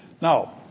Now